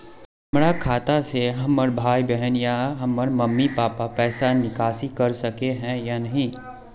हमरा खाता से हमर भाई बहन या हमर मम्मी पापा पैसा निकासी कर सके है या नहीं?